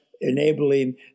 enabling